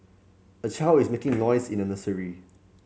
a child is making noise in a nursery